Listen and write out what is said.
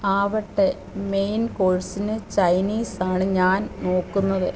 ആവട്ടെ മെയിൻ കോഴ്സിന് ചൈനീസാണ് ഞാൻ നോക്കുന്നത്